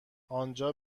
آنجا